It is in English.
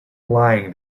lying